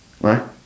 Right